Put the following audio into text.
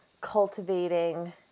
cultivating